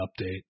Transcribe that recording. update